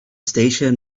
station